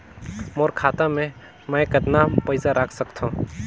मोर खाता मे मै कतना पइसा रख सख्तो?